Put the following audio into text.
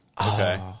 Okay